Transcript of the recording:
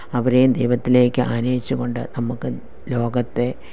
അവരെയും ദൈവത്തിലേക്ക് ആനയിച്ചുകൊണ്ട് നമുക്ക് ലോകത്തെ